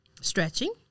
stretching